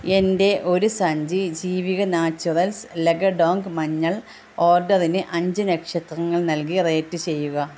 എന്റെ ഒരു സഞ്ചി ജീവിക നാച്ചുറൽസ് ലകഡോങ്ക് മഞ്ഞൾ ഓർഡറിന് അഞ്ച് നക്ഷത്രങ്ങൾ നൽകി റേറ്റ് ചെയ്യുക